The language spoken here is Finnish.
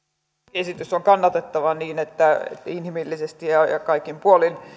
lakiesitys on kannatettava siksi että inhimillisesti ja kaikin puolin